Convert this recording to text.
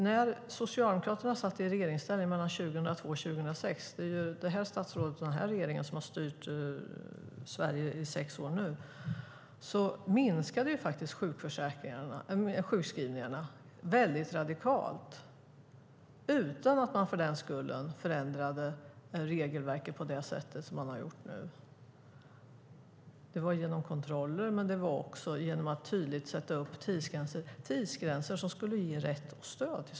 När Socialdemokraterna satt i regeringsställning mellan 2002 och 2006 - det är ju det här statsrådet och den här regeringen som har styrt Sverige i sex år nu - minskade faktiskt sjukskrivningarna mycket radikalt utan att man förändrade regelverket på det sätt som har skett nu. Det genomfördes kontroller, och man satte upp tydliga tidsgränser som skulle ge rätt stöd.